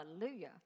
Hallelujah